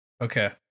okay